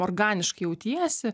organiškai jautiesi